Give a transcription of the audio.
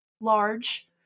large